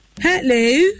Hello